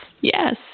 yes